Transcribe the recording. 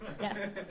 Yes